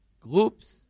groups